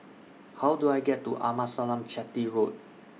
How Do I get to Amasalam Chetty Road